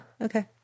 Okay